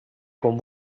com